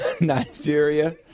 Nigeria